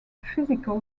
physical